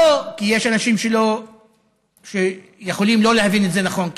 כי יש אנשים שיכולים לא להבין את זה נכון,